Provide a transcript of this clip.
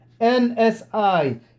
NSI